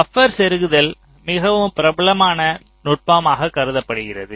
buffer செருகதல் மிகவும் பிரபலமான நுட்பமாக கருதப்படுகிறது